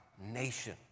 nation